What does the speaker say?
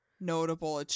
notable